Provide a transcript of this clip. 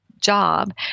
job